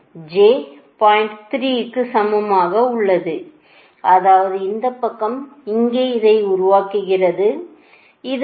3 க்கு சமமாக உள்ளது அதாவது இந்தப் பக்கம் இங்கே இதை உருவாக்குகிறது இது 0